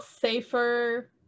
safer